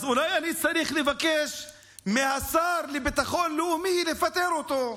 אז אולי אני צריך לבקש מהשר לביטחון לאומי לפטר אותו,